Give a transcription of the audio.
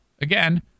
again